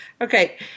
Okay